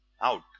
out